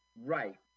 Right